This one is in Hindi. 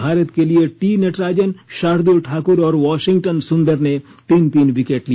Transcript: भारत के लिए टी नटराजन शार्दुल ठाकुर और वाशिंगटन सुंदर ने तीन तीन विकेट लिए